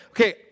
okay